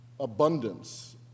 abundance